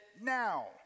now